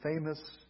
famous